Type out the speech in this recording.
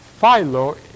Philo